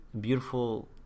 beautiful